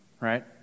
right